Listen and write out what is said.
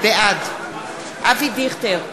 בעד אבי דיכטר,